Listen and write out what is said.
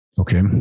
Okay